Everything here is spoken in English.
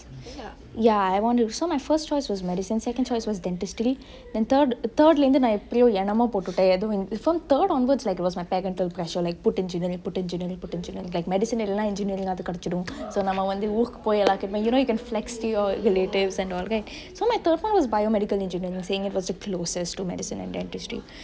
ya I want to so my first choice was medicine second was dentistry then third third ல இருந்து நா எப்டியோ என்னமோ போட்டுட்டே எதோ:le irunthu naa epdiyo ennemo pottute etho because third onwards was my parental pressure like put engineering put engineering put engineering like medicine இல்லனா:illenaa engineering அது கடைச்சுரு:athu kedaichuru so நம்ம வந்து ஊருக்கு போய் எல்லார்கிட்டையு:namme vanthu ooruku poi ellarkittiyu you know you can flex to your relatives and all so my third one was biomedical engineering saying it was the closest to medical and denistry